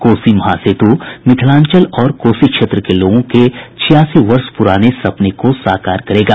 कोसी महासेतु मिथिलांचल और कोसी क्षेत्र के लोगों के छियासी वर्ष पुराने सपने को साकार करेगा